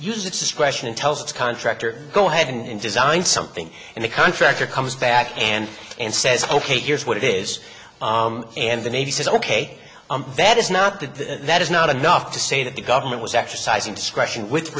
its discretion and tells its contractor go ahead and design something and the contractor comes back and and says ok here's what it is and the navy says ok i'm bad is not the that is not enough to say that the government was exercising discretion with